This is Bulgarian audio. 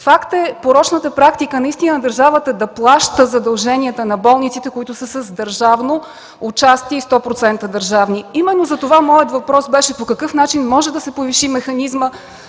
Факт е порочната практика държавата да плаща задълженията на болниците, които са с държавно участие и 100% държавни. Именно затова моят въпрос беше: по какъв начин може да се повиши механизмът